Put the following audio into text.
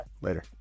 Later